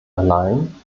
allein